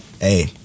Hey